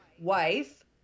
wife